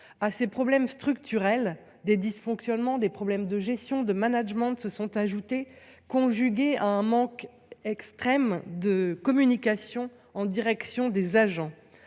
À ces problèmes structurels, des dysfonctionnements et des problèmes de gestion et de management se sont ajoutés, conjugués à un manque extrême de communication en direction des agents.